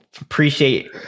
appreciate